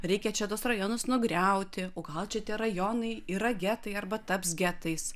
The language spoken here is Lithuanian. reikia čia tuos rajonus nugriauti o gal čia tie rajonai yra getai arba taps getais